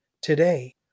Today